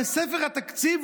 בספר התקציב,